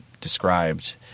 described